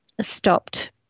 stopped